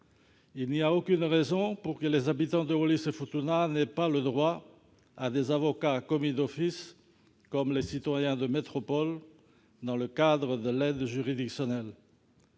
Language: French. Il n'y a aucune raison pour que les habitants de Wallis-et-Futuna n'aient pas droit à des avocats commis d'office, comme les citoyens de métropole, dans le cadre de l'aide juridictionnelle